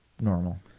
normal